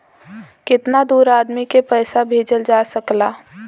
कितना दूर आदमी के पैसा भेजल जा सकला?